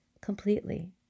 completely